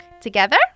Together